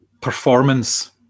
performance